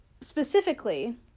specifically